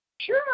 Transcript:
Sure